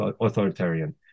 authoritarian